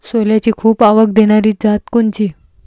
सोल्याची खूप आवक देनारी जात कोनची?